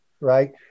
Right